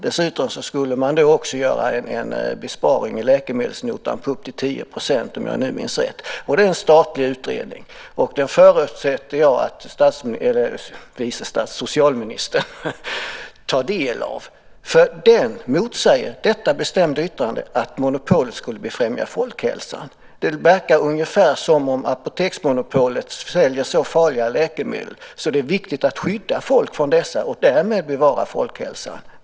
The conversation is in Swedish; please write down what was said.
Dessutom skulle man då också göra en besparing i läkemedelsnotan på upp till 10 % om jag nu minns rätt. Det är en statlig utredning, och den förutsätter jag att socialministern tar del av. Den motsäger detta bestämda yttrande att monopolet skulle befrämja folkhälsan. Det verkar ungefär som om apoteksmonopolet säljer så farliga läkemedel att det är viktigt att skydda folk från dessa och därmed bevara folkhälsan.